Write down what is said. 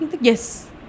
Yes